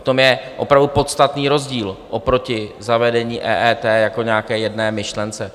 V tom je opravdu podstatný rozdíl oproti zavedení EET jako nějaké jedné myšlence.